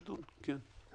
נדון, כן.